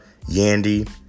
Yandy